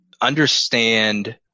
understand